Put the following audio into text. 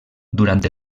durant